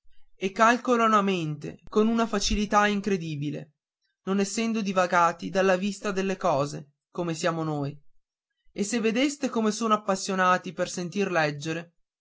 calcolano a mente con una facilità incredibile non essendo divagati dalla vista delle cose come siamo noi e se vedeste come sono appassionati per sentir leggere